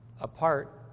apart